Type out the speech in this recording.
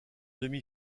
demi